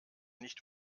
nicht